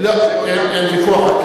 אין ויכוח,